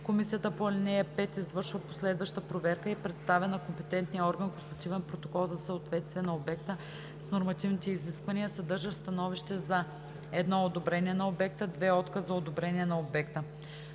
комисията по ал. 5 извършва последваща проверка и представя на компетентния орган констативен протокол за съответствие на обекта с нормативните изисквания, съдържащ становище за: 1. одобрение на обекта; 2. отказ за одобрение на обекта.